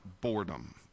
boredom